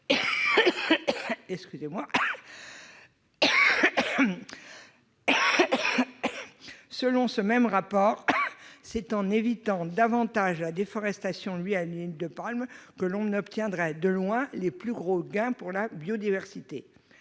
selon ce rapport, c'est en évitant davantage de déforestation grâce à l'huile de palme que l'on obtiendrait- de loin ! -les plus gros gains pour la biodiversité.